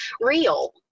real